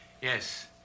Yes